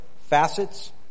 facets